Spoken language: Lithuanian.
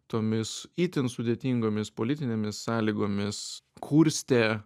tomis itin sudėtingomis politinėmis sąlygomis kurstė